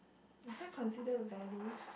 is that consider value